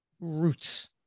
roots